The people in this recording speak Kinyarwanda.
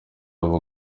aba